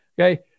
Okay